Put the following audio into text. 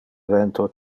vento